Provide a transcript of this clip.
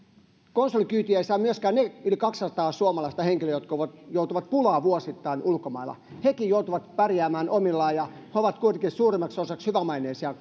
konsulikyytiä eivät saa myöskään ne yli kaksisataa suomalaista henkilöä jotka vuosittain joutuvat pulaan ulkomailla hekin joutuvat pärjäämään omillaan ja he ovat kuitenkin suurimmaksi osaksi hyvämaineisia